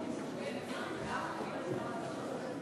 התשע"ה 2015,